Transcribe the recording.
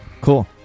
Cool